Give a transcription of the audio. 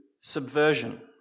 subversion